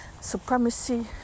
supremacy